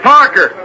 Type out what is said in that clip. Parker